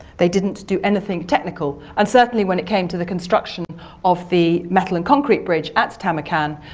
they didn't do anything technical. and certainly when it came to the construction of the metal-and-concrete bridge at tamarkan.